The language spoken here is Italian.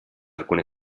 alcune